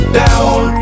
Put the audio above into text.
down